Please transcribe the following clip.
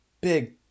big